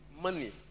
money